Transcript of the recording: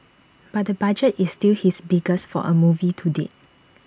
but the budget is still his biggest for A movie to date